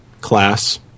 Class